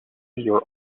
your